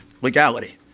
legality